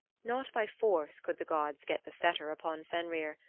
not by force could the gods get the fetter upon fenrir,